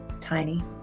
Tiny